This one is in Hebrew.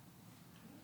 ליברמן.